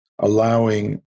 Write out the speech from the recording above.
allowing